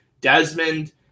Desmond